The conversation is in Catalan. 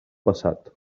passat